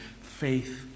faith